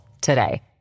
today